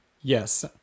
Yes